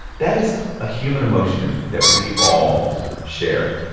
that is a human emotion that we all share.